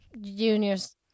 Junior's